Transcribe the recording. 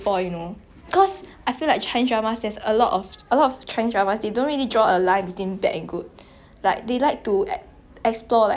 like they like to explore like orh 不是这个人是坏的所以他是完全坏 you know like 他们会 like